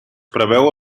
preveu